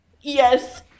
Yes